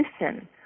listen